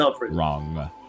wrong